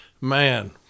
man